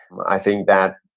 i think that,